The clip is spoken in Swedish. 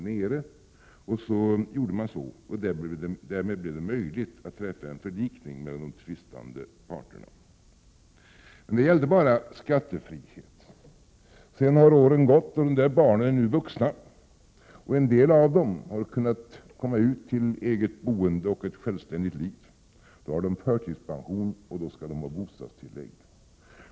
Därför gjorde man så, och därmed blev det möjligt att träffa en förlikning mellan de tvistande parterna. Men det gällde bara skattefrihet. Åren har gått och dessa barn är nu vuxna. En del av dem har kunnat komma ut till eget boende och ett självständigt liv. Då har de förtidspension, och då skall de ha bostadstillägg.